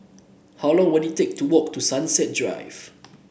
how long will it take to walk to Sunrise Drive